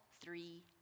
three